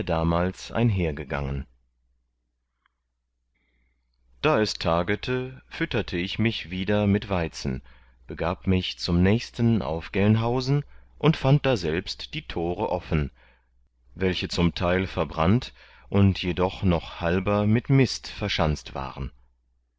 damals einhergegangen da es tagete fütterte ich mich wieder mit waizen begab mich zum nächsten auf gelnhausen und fand daselbst die tore offen welche zum teil verbrannt und jedoch noch halber mit mist verschanzt waren